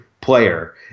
player